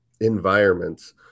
environments